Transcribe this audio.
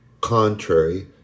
contrary